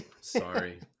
Sorry